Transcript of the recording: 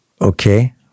Okay